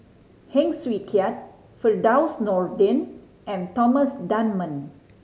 Heng Swee Keat Firdaus Nordin and Thomas Dunman